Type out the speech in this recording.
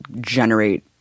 generate